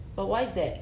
but why is that